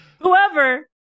Whoever